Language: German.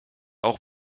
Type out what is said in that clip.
auch